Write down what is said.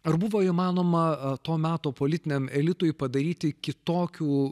ar buvo įmanoma to meto politiniam elitui padaryti kitokių